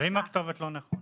ואם הכתובת לא נכונה?